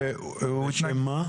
הוא לא הסכים להרחבה